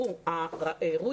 הראו,